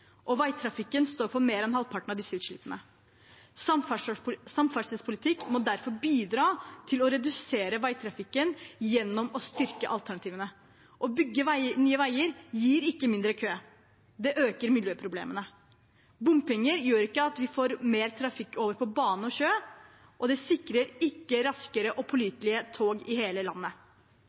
Veitrafikken står for mer enn halvparten av disse utslippene. Samferdselspolitikk må derfor bidra til å redusere veitrafikken gjennom å styrke alternativene. Å bygge nye veier gir ikke mindre kø, det øker miljøproblemene. Bompenger gjør ikke at vi får mer trafikk over på bane og sjø, og det sikrer ikke raskere og pålitelige tog i hele landet.